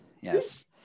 yes